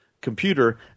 computer